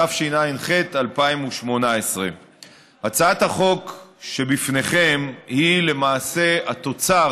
התשע"ח 2018. הצעת החוק שלפניכם היא למעשה התוצר